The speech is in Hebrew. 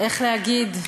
איך להגיד,